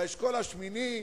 באשכול השמיני,